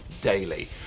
daily